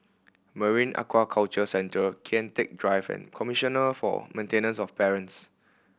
Marine Aquaculture Centre Kian Teck Drive and Commissioner for Maintenance of Parents